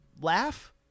laugh